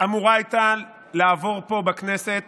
אמורה הייתה לעבור פה בכנסת